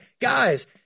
guys